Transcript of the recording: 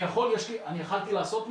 אני יכולתי לעשות משהו?